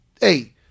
hey